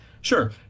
Sure